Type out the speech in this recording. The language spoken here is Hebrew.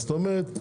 זאת אומרת,